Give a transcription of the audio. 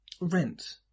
rent